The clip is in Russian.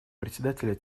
председателя